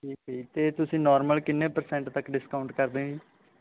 ਠੀਕ ਆ ਜੀ ਅਤੇ ਤੁਸੀਂ ਨੋਰਮਲ ਕਿੰਨੇ ਪਰਸੈਂਟ ਤੱਕ ਡਿਸਕਾਊਂਟ ਕਰਦੇ ਹੋ ਜੀ